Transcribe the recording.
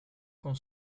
con